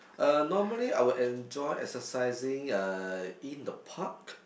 uh normally I would enjoy exercising uh in the park